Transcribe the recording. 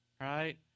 right